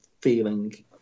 feeling